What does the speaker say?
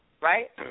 right